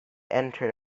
entered